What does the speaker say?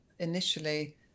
initially